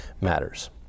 matters